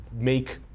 Make